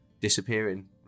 disappearing